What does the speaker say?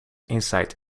insight